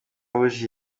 rouge